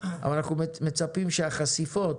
אבל אנחנו מצפים שהחשיפות